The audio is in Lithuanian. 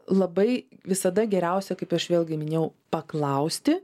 labai visada geriausia kaip aš vėlgi minėjau paklausti